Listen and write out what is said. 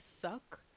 suck